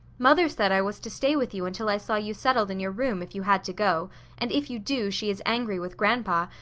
mother said i was to stay with you until i saw you settled in your room, if you had to go and if you do, she is angry with grandpa,